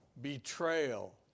Betrayal